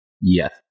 Yes